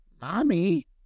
Mommy